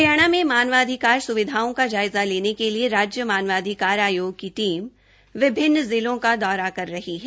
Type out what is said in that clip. हरियाणा में मानवाधिकार सुविधाओं का जायजा लेने के लिए राज्य मानवाधिकार आयोग की टीम विभिन्न जिलों का दौरा कर रही है